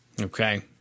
Okay